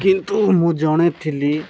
କିନ୍ତୁ ମୁଁ ଜଣେ ଥିଲି